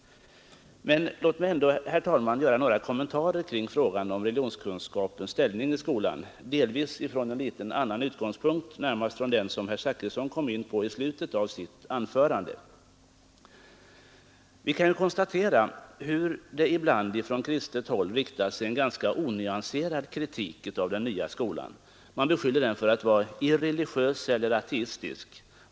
Men låt mig ändå, herr talman, göra några kommentarer till regligionskunskapens ställning i skolan, delvis från en något annan utgångspunkt, närmast från den som herr Zachrisson kom in på i slutet av sitt anförande. Vi kan ju konstatera hur det ibland från kristet håll riktas en ganska onyanserad kritik mot den nya skolan. Man beskyller den för att vara irreligiös eller ateistisk.